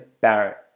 Barrett